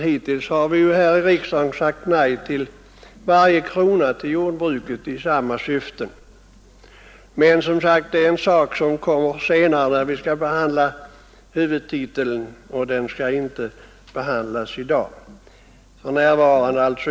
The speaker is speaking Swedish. Hittills har man här i riksdagen sagt nej till varje krona till jordbruket i samma syfte. Men, det är en sak som kommer senare, när vi skall behandla huvudtiteln, och den skall inte behandlas i dag.